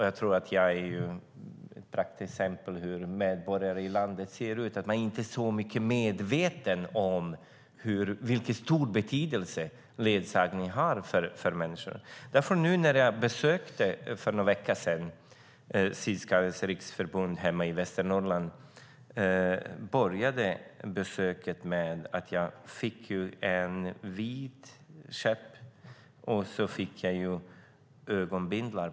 Jag tror att jag är ett praktexempel på hur medborgare i landet ser ut; man är inte så medveten om vilken stor betydelse ledsagning har för människor. När jag för någon vecka sedan besökte Synskadades Riksförbund hemma i Västernorrland började besöket med att jag fick en vit käpp och en ögonbindel.